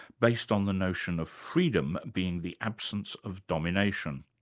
based on the notion of freedom being the absence of domination.